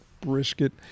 brisket